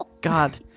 God